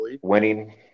winning